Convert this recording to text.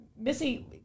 missy